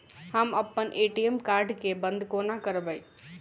हम अप्पन ATM card केँ बंद कोना करेबै?